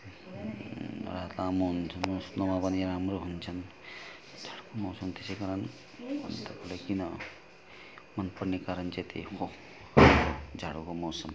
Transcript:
रात लामो हुन्छ सुत्नुमा पनि राम्रो हुन्छन् ठन्डाको मौसम त्यसैकारण किन मन पर्ने कारण चाहिँ त्यही हो जाडोको मौसम